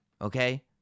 okay